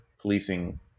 policing